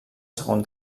segon